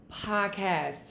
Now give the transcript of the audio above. podcast